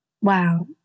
wow